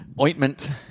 Ointment